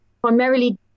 primarily